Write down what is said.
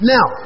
Now